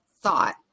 thought